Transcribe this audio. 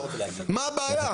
מה הבעיה?